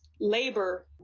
labor